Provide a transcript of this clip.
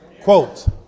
Quote